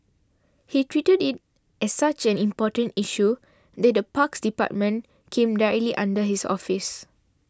he treated it as such an important issue that the parks department came directly under his office